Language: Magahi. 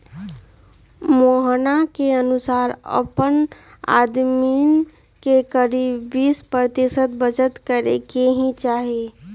मोहना के अनुसार अपन आमदनी के करीब बीस प्रतिशत बचत करे के ही चाहि